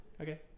Okay